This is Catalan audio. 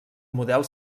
model